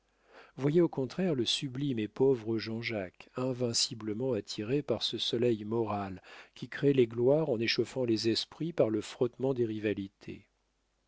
voyez au contraire le sublime et pauvre jean-jacques invinciblement attiré par ce soleil moral qui crée les gloires en échauffant les esprits par le frottement des rivalités